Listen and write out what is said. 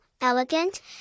elegant